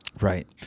Right